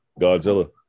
Godzilla